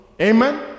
Amen